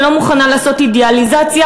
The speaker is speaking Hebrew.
ולא מוכנה לעשות אידיאליזציה,